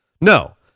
No